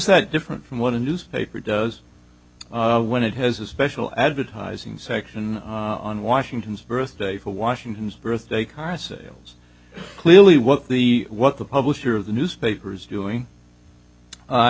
that different from what a news paper does when it has a special advertising section on washington's birthday for washington's birthday card sales clearly what the what the publisher of the newspapers doing